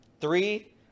three